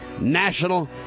National